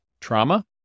trauma